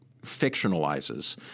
fictionalizes